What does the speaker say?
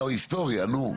בבקשה.